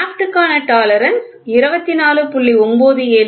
shaft க்கான tolerance 24